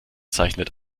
zeichnet